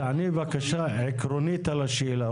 תעני בבקשה עקרונית על השאלה.